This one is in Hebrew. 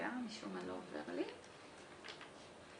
לא לכולם יש.